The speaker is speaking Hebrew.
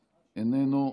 איננו,